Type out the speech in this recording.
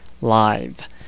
live